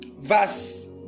verse